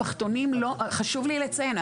חשוב לי לציין,